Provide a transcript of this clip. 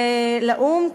לאו"ם,